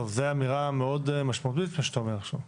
טוב, זו אמירה מאוד משמעותית מה שאתה אומר עכשיו.